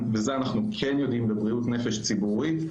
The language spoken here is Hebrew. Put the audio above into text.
ואת זה אנחנו כן יודעים בבריאות נפש ציבורית,